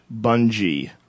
bungee